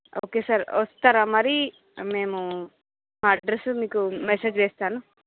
okay sir వస్తారా మరి మేము మా అడ్రస్ మీకు మెసేజ్ చేస్తాను